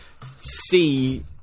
see